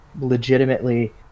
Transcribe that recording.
legitimately